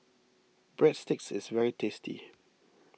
Breadsticks is very tasty